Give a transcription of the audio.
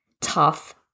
tough